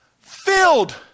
filled